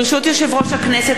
ברשות יושב-ראש הכנסת,